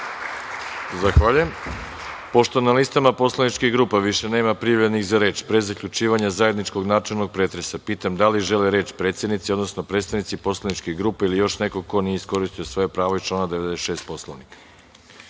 Zahvaljujem. Pošto na listama poslaničkih grupa više nema prijavljenih za reč, pre zaključivanja zajedničkog načelnog pretresa, pitam da li žele reč predsednici, odnosno predstavnici poslaničkih grupa ili još neko ko nije iskoristio svoje pravo iz člana 96. Poslovnika. Reč